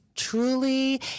truly